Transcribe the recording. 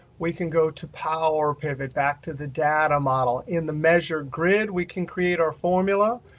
we can go to power pivot, back to the data model. in the measure grid, we can create our formula.